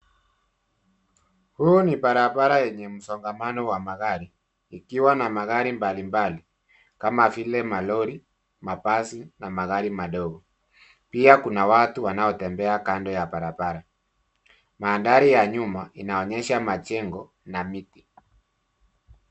Huu ni barabara yenye msongamano wa magari ikiwa na magari mbali mbali kama vile calories, mabasi na magari madogo pia kuna watu wanaotembea kando ya barabara. Mandhari ya nyuma inaonyesha majengo na miti.